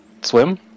swim